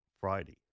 Friday